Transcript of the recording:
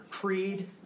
creed